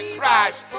Christ